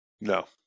No